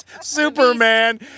Superman